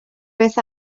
beth